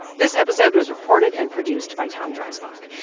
this episode was reported and produced by tom dreisbach.